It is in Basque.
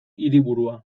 hiriburua